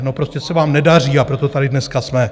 No prostě se vám nedaří, a proto tady dneska jsme.